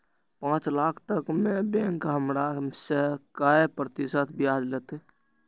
पाँच लाख तक में बैंक हमरा से काय प्रतिशत ब्याज लेते?